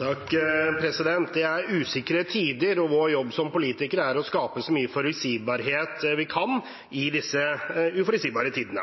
oppfølgingsspørsmål. Det er usikre tider, og vår jobb som politikere er å skape så mye forutsigbarhet vi kan i disse uforutsigbare tidene.